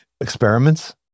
experiments